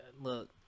Look